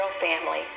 family